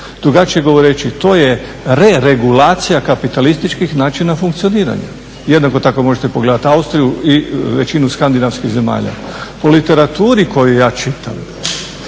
Drugačije govoreći, to je re regulacija kapitalističkih načina funkcioniranja. Jednako tako možete pogledati Austriju i većinu skandinavskih zemalja. O literaturi koju ja čitam